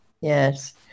Yes